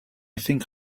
think